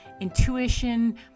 intuition